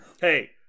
Hey